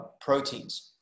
proteins